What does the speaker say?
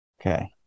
Okay